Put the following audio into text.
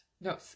No